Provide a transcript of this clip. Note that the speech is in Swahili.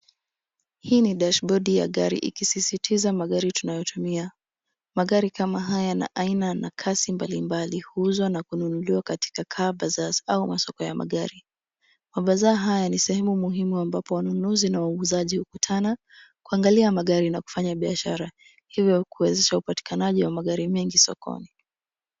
Hii ni dashibodi ya gari ikisisitiza magari tunayotumia. Magari kama haya na aina na kasi mbalimbali huuzwa na kununuliwa katika car bazaars au masoko ya magari. Mabazaar haya ni sehemu muhimu ambapo wanunuzi na wauzaji hukutana kuangalia magari na kufanya biashara, hivyo kuwezesha upatikanaji wa magari mengi sokoni.